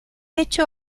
hecho